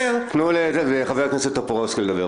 תנו לחבר הכנסת טופורובסקי לדבר,